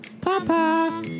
papa